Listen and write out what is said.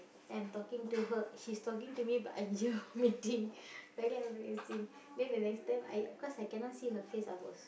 then I'm talking to her she's talking to me but I vomiting very embarassing then the next time I cause I cannot see her face I was